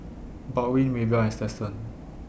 Baldwin Maybell and Stetson